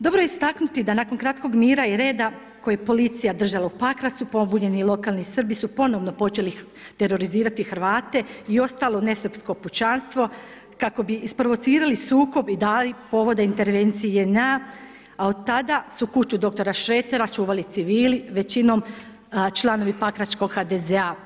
Dobro je istaknuti da nakon kratkog mira i reda koji je policija držala u Pakracu, pobunjeni lokalni Srbi su ponovno počeli terorizirati Hrvate i ostalo nesrpsko pučanstvo kako bi isprovocirali sukob i dali povod intervenciji JNA, a od tada su kuću dr. Šretera čuvali civili, većinom članovi Pakračkog HDZ-a.